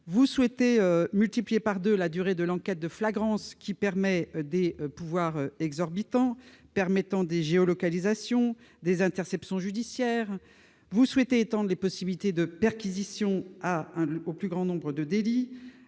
Vous souhaitez multiplier par deux la durée de l'enquête de flagrance, à laquelle correspondent des pouvoirs exorbitants permettant des géolocalisations ou des interceptions judiciaires. Vous souhaitez également étendre les possibilités de perquisition à un plus grand nombre de délits,